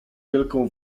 wielką